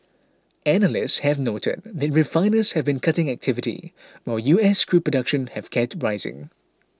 analysts have noted that refiners have been cutting activity while U S crude production has kept rising